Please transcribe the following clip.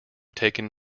taken